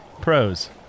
Pros